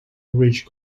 rich